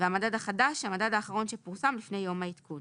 "המדד החדש" המדד האחרון שפורסם לפני יום העדכון